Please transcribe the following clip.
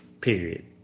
Period